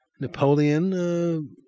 Napoleon